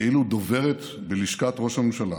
כאילו דוברת בלשכת ראש הממשלה